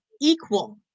equal